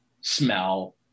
smell